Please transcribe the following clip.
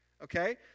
Okay